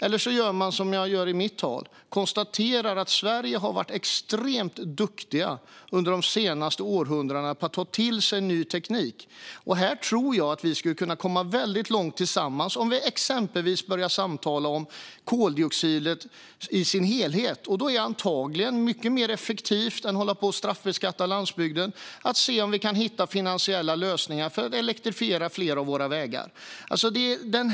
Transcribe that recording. Eller också gör man som jag gör i mitt anförande och konstaterar att Sverige har varit extremt duktigt under de senaste århundradena på att ta till sig ny teknik. Här tror jag att vi skulle kunna komma väldigt långt tillsammans om vi exempelvis börjar samtala om koldioxidutsläppen i sin helhet. Då är det antagligen mycket mer effektivt att se om vi kan hitta finansiella lösningar för att elektrifiera fler av våra vägar än att hålla på och straffbeskatta landsbygden.